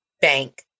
bank